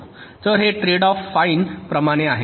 तर हे trend of fine प्रमाणे आहे